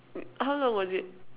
wait how long was it